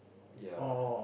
ya